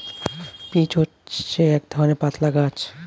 peach হচ্ছে এক ধরণের পাতলা গাছ